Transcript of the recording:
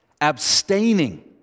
Abstaining